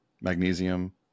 magnesium